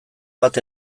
bat